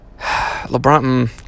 LeBron